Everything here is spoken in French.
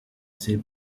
ces